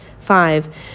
Five